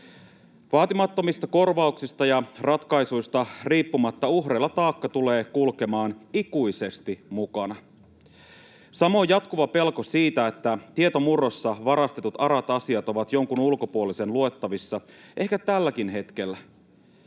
Vaatimattomista korvauksista ja ratkaisuista riippumatta uhreilla taakka tulee kulkemaan ikuisesti mukana — samoin jatkuva pelko siitä, että tietomurrossa varastetut arat asiat ovat jonkun ulkopuolisen luettavissa ehkä tälläkin hetkellä.